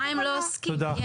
במה הם לא עוסקים איילת?